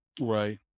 Right